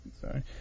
Sorry